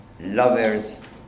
lovers